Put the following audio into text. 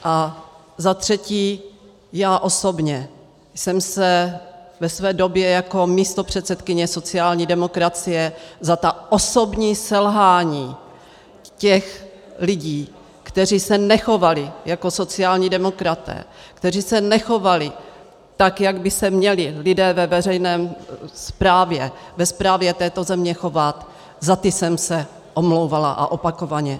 A za třetí, já osobně jsem se ve své době jako místopředsedkyně sociální demokracie za ta osobní selhání těch lidí, kteří se nechovali jako sociální demokraté, kteří se nechovali tak, jak by se měli lidé ve veřejné správě, ve správě této země chovat, za ty jsem se omlouvala, a opakovaně.